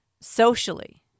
socially